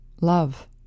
Love